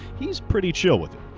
he's pretty chill with it.